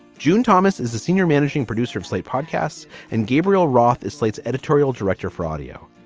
june thomas is the senior managing producer of slate podcasts and gabriel roth is slate's editorial director for audio.